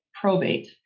probate